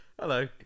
Hello